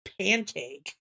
pancake